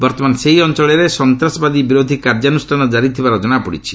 ବର୍ତ୍ତମାନ ସେହି ଅଞ୍ଚଳରେ ସନ୍ତାସବାଦୀ ବିରୋଧି କାର୍ଯ୍ୟାନୁଷ୍ଠାନ ଜାରି ଥିବାର ଜଣାପଡ଼ିଛି